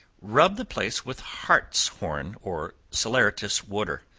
rub the place with hartshorn or salaeratus water,